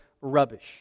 rubbish